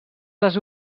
les